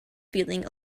feeling